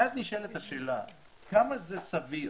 ואז נשאלת השאלה כמה זה סביר